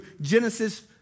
Genesis